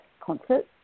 concerts